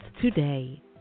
today